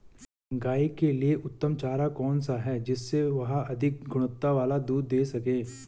गाय के लिए उत्तम चारा कौन सा है जिससे वह अधिक गुणवत्ता वाला दूध दें सके?